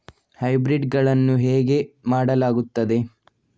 Hybrid ಗಳನ್ನು ಹೇಗೆ ಮಾಡಲಾಗುತ್ತದೆ?